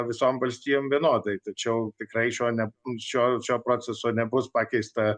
visom valstijom vienodai tačiau tikrai šio ne šio šio proceso nebus pakeista